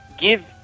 give